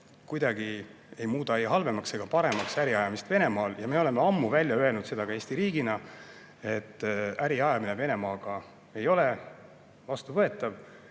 kuidagi ei muuda ei halvemaks ega paremaks äriajamist Venemaal. Ja me oleme ammu välja öelnud ka Eesti riigina, et äriajamine Venemaaga ei ole vastuvõetav.